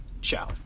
ciao